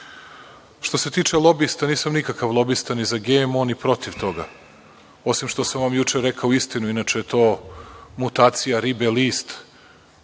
se tiče lobista, nisam nikakav lobista za GMO, ni protiv toga, osim što sam vam juče rekao istinu. Inače je to mutacija ribe list.